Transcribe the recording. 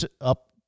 up